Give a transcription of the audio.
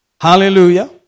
Hallelujah